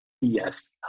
Yes